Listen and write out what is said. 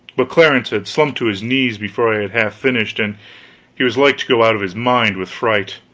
but clarence had slumped to his knees before i had half finished, and he was like to go out of his mind with fright.